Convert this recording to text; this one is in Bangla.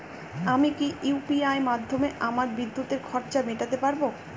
আমি কি ইউ.পি.আই মাধ্যমে আমার বিদ্যুতের খরচা মেটাতে পারব?